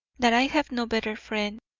that i have no better friend.